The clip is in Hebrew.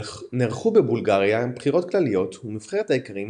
נערכו בבולגריה בחירות כלליות ומפלגת האיכרים